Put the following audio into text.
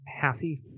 Happy